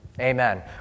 Amen